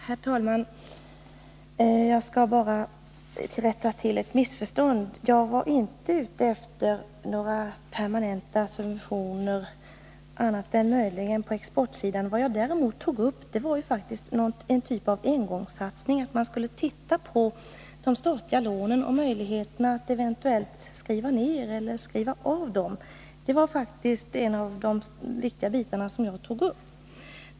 Herr talman! Jag skall bara rätta till ett missförstånd: jag var inte ute efter några permanenta subventioner annat än möjligen på exportsidan. Vad jag däremot tog upp var en typ av engångssatsning, att man skulle se på de statliga lånen och möjligheterna att skriva ner eller skriva av dem. Det var en av de viktiga bitar som jag tog upp.